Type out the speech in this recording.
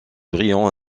brillants